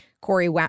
Corey